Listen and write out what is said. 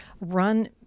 run